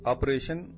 Operation